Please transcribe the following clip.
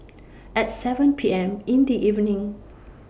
At seven P M in The evening